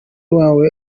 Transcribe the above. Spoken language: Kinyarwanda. wawe